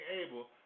able